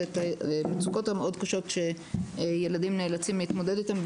ואת המצוקות הקשות מאוד שילדים נאלצים להתמודד איתן,